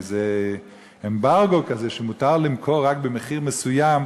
איזה אמברגו כזה שמותר למכור רק במחיר מסוים,